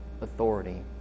authority